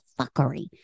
fuckery